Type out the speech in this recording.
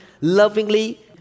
lovingly